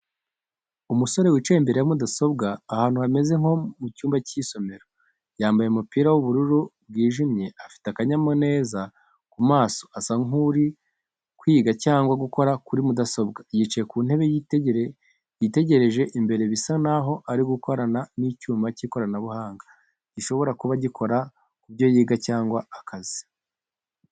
Umusore wicaye imbere ya mudasobwa ahantu hameze nko mu cyumba cy’isomero. Yambaye umupira w'ubururu bwijimye afite akanyamuneza ku maso asa nk’uri kwiga cyangwa gukora kuri mudasobwa. Yicaye ku ntebe yitegereje imbere bisa naho ari gukorana n’icyuma cy'ikoranabuhanga gishobora kuba gikora ku byo yiga cyangwa akazi.